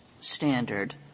standard